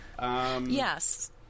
Yes